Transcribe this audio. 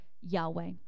Yahweh